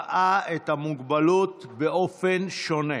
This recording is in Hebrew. ראה את המוגבלות באופן שונה.